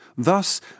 Thus